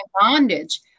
bondage